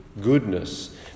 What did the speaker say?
goodness